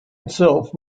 itself